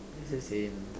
it's the same